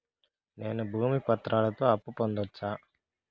నేను భూమి పత్రాలతో అప్పు పొందొచ్చా?